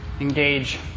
Engage